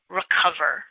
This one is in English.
recover